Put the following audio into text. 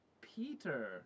Peter